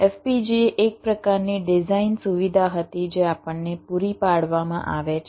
FPGA એક પ્રકારની design સુવિધા હતી જે આપણને પૂરી પાડવામાં આવે છે